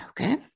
Okay